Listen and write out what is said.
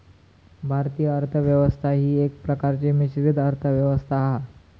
भारतीय अर्थ व्यवस्था ही एका प्रकारची मिश्रित अर्थ व्यवस्था हा